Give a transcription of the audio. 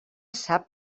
sap